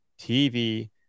TV